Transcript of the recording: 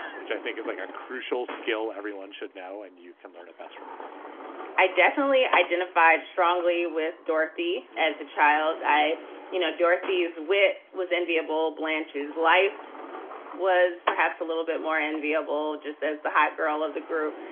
which i think is like a crucial skill. everyone should know and you can learn at best from the golden girls i definitely identify strongly with dorothy as a child. i know dorothy's wit was enviable blanches. life was perhaps a little bit more enviable, just as the hot girl of the group.